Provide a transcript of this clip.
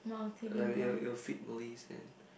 like it will it will fit Malays and